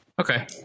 Okay